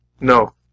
No